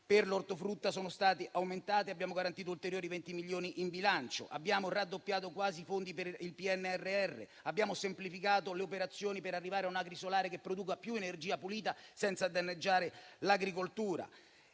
per l'ortofrutta sono stati aumentati e abbiamo garantito ulteriori 20 milioni in bilancio; abbiamo quasi raddoppiato i fondi per il PNRR; abbiamo semplificato le operazioni per arrivare a un agrisolare che produca più energia pulita, senza danneggiare l'agricoltura.